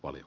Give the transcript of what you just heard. oli